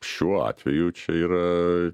šiuo atveju čia yra